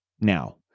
now